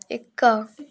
ଏକ